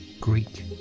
Greek